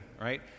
right